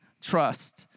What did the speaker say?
Trust